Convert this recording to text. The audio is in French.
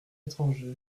étranger